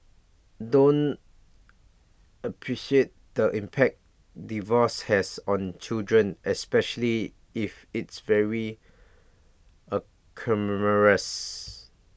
don't appreciate the impact divorce has on children especially if it's very acrimonious